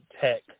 tech